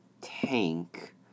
tank